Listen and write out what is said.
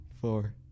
Four